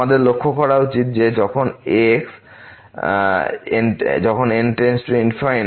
আমাদের লক্ষ্য করা উচিত যে যখন x যখন n →∞